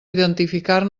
identificar